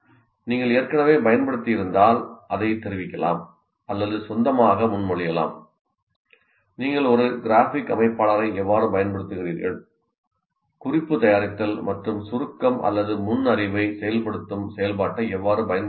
நீங்கள் ஏற்கனவே பயன்படுத்தியிருந்தால் அதைப் தெரிவிக்கலாம் அல்லது சொந்தமாக முன்மொழியலாம் நீங்கள் பயன்படுத்தவில்லை என்றால் நீங்கள் ஒரு கிராஃபிக் அமைப்பாளரை எவ்வாறு பயன்படுத்துகிறீர்கள் குறிப்பு தயாரித்தல் மற்றும் சுருக்கம் அல்லது முன் அறிவை செயல்படுத்தும் செயல்பாட்டை எவ்வாறு பயன்படுத்துகிறீர்கள்